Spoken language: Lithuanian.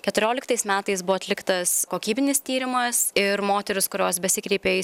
keturioliktais metais buvo atliktas kokybinis tyrimas ir moterys kurios besikreipė į